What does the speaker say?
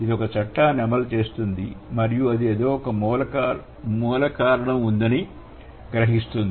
ఇది ఒక చట్టాన్ని అమలు చేస్తుంది మరియు అది ఏదో ఒక మూల కారణం ఉందని గ్రహిస్తుంది